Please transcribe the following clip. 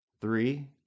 three